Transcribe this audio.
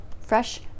Fresh